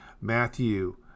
Matthew